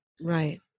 Right